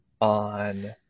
on